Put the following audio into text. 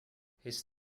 his